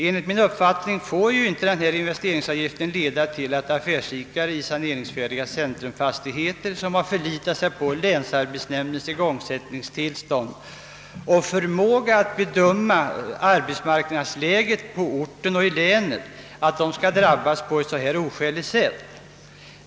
Enligt min uppfattning får investeringsavgiften inte leda till att affärsidkare i saneringsfärdiga centrumfastigheter, som förlitat sig på länsarbetsnämndens igångsättningstillstånd och förmåga att bedöma arbetsmarknadsläget, drabbas på ett oskäligt sätt.